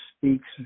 speaks